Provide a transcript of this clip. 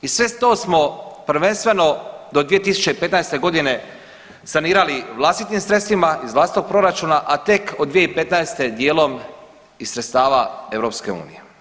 I sve to smo prvenstveno do 2015. g. sanirali vlastitim sredstvima iz vlastitog proračuna, a tek od 2015. dijelom iz sredstava EU.